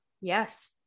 yes